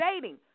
dating